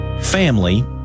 family